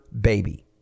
baby